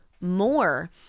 More